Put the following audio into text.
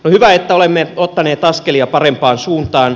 hyvä että olemme ottaneet askelia parempaan suuntaan